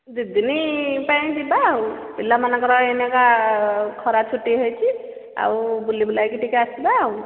ଦୁଇ ଦିନ ପାଇଁ ଯିବା ଆଉ ପିଲାମାନଙ୍କର ଏଇନେକା ଖରା ଛୁଟି ହୋଇଛି ଆଉ ବୁଲିବୁଲାକି ଟିକିଏ ଆସିବା ଆଉ